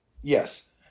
Yes